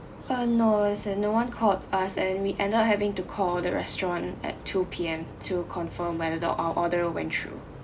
uh no it's like no one called us and we ended up having to call the restaurant at two P_M to confirm whether the uh our order went through